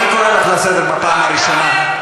אני קורא אותך לסדר פעם ראשונה.